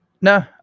no